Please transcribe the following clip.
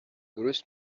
درست